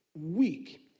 weak